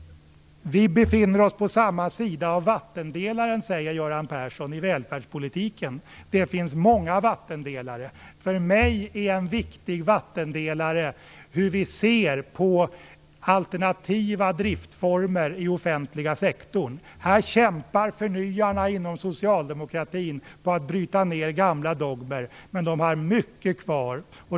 Vi befinner oss på samma sida av vattendelaren i välfärdspolitiken, säger Göran Persson. Det finns många vattendelare. För mig är en viktig vattendelare hur vi ser på alternativa driftformer i den offentliga sektorn. Här kämpar förnyarna inom socialdemokratin med att bryta ned gamla dogmer, men de har mycket kvar.